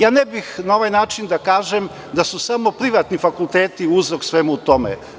Ne bih na ovaj način da kažem da su samo privatni fakulteti uzrok svemu tome.